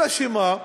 אלא מה?